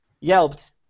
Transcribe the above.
Yelped